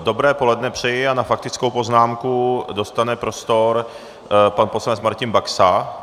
Dobré poledne přeji a na faktickou poznámku dostane prostor pan poslanec Martin Baxa.